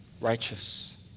righteous